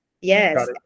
Yes